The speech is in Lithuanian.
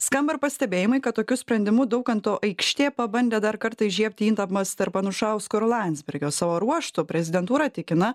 skamba ir pastebėjimai kad tokiu sprendimu daukanto aikštė pabandė dar kartą įžiebti įtampas tarp anušausko ir landsbergio savo ruožtu prezidentūra tikina